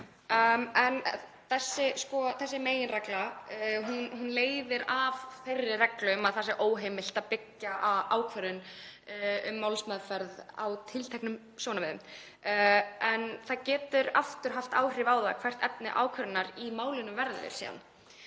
Þessi meginregla leiðir af þeirri reglu að það sé óheimilt að byggja ákvörðun um málsmeðferð á tilteknum sjónarmiðum, en það getur aftur haft áhrif á það hvert efni ákvörðunar í málinu verður.